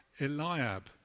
Eliab